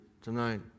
tonight